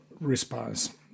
response